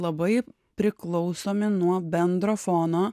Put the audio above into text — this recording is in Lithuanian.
labai priklausomi nuo bendro fono